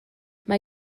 mae